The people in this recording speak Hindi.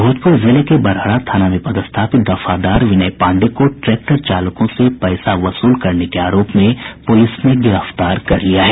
भोजपुर जिले के बड़हरा थाना में पदस्थापित दफादार विनय पांडेय को ट्रैक्टर चालकों से पैसा वसूल करने के आरोप में पुलिस ने गिरफ्तार कर लिया है